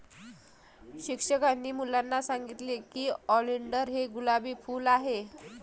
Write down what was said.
शिक्षकांनी मुलांना सांगितले की ऑलिंडर हे गुलाबी फूल आहे